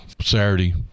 saturday